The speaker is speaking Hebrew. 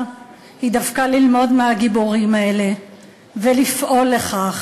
היא דווקא ללמוד מהגיבורים האלה ולפעול לכך